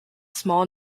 small